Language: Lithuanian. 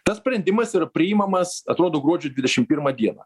tas sprendimas yra priimamas atrodo gruodžio dvidešim pirmą dieną